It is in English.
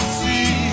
see